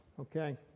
Okay